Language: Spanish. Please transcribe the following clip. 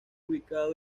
ubicado